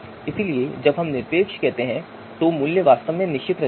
इसलिए जब हम निरपेक्ष कहते हैं तो मूल्य वास्तव में निश्चित होता है